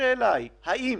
השאלה היא האם